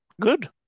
Good